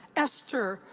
esther,